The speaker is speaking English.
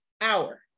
hour